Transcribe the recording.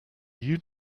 you